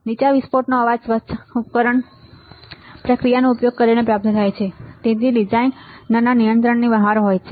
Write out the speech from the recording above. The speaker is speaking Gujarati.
નીચા વિસ્ફોટનો અવાજ સ્વચ્છ ઉપકરણ પ્રક્રિયાનો ઉપયોગ કરીને પ્રાપ્ત થાય છે અને તેથી તે ડિઝાઇનરના નિયંત્રણની બહાર છે